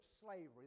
slavery